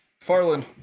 Farland